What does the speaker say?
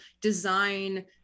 design